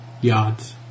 Yards